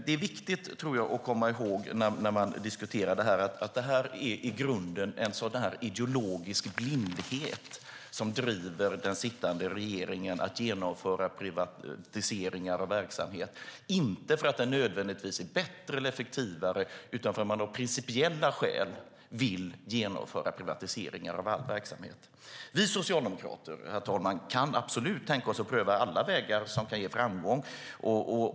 När man diskuterar detta är det viktigt att komma ihåg att det i grunden är ideologisk blindhet som driver den sittande regeringen att genomföra privatiseringar av verksamhet - inte för att det nödvändigtvis är bättre eller effektivare utan för att man av principiella skäl vill genomföra privatisering av all verksamhet. Herr talman! Vi socialdemokrater kan absolut tänka oss att pröva alla vägar som kan ge framgång.